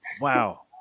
Wow